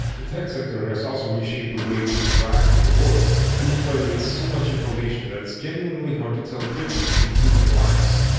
the tech sector has also reshaped the way we interact with the world. we're flooded with so much information that it's genuinely hard to tell the difference between truth and lies.